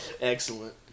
Excellent